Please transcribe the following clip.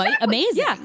amazing